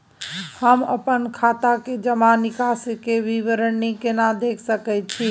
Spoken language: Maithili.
हम अपन खाता के जमा निकास के विवरणी केना देख सकै छी?